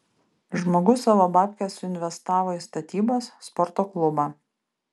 žmogus savo babkes suinvestavo į statybas sporto klubą